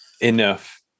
enough